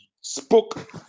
spoke